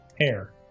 Hair